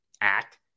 Act